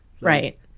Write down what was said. Right